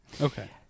Okay